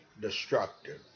destructive